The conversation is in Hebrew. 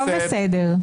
לא בסדר.